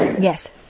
Yes